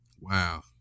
Wow